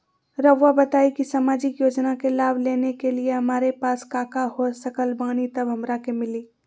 रहुआ बताएं कि सामाजिक योजना के लाभ लेने के लिए हमारे पास काका हो सकल बानी तब हमरा के मिली?